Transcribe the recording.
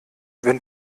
wenn